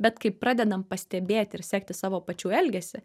bet kai pradedam pastebėti ir sekti savo pačių elgesį